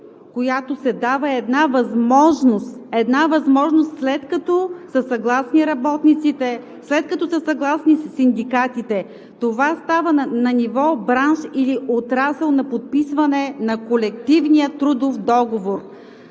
възможност – една възможност, след като са съгласни работниците, след като са съгласни синдикатите. Това става на ниво бранш или отрасъл при подписване на колективния трудов договор.